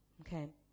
Okay